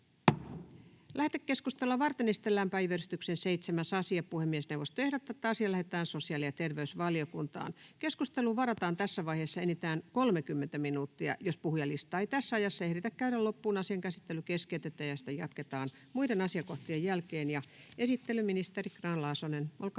Lähetekeskustelua varten esitellään päiväjärjestyksen 8. asia. Puhemiesneuvosto ehdottaa, että asia lähetetään sosiaali- ja terveysvaliokuntaan. Keskusteluun varataan tässä vaiheessa enintään 30 minuuttia. Jos puhujalistaa ei tässä ajassa ehditä käydä loppuun, asian käsittely keskeytetään ja sitä jatketaan muiden asiakohtien jälkeen. — Esittelijänä on ministeri Grahn-Laasonen. Olkaa hyvä.